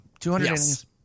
200